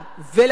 ולכן,